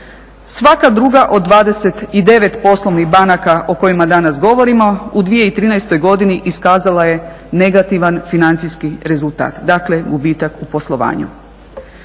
Svaka druga od 29 poslovnih banaka o kojima danas govorimo u 2013. godini iskazala je negativan financijski rezultat, dakle gubitak u poslovanju.